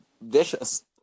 vicious